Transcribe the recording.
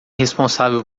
responsável